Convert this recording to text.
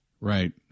Right